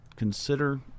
consider